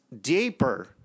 deeper